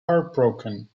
heartbroken